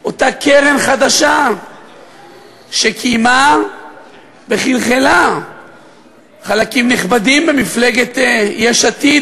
אותה קרן חדשה שקיימה וחלחלה לחלקים נכבדים במפלגת יש עתיד,